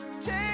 Take